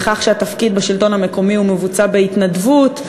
לכך שהתפקיד בשלטון המקומי מבוצע בהתנדבות,